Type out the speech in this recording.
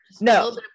no